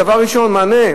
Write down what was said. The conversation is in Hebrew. דבר ראשון מענה,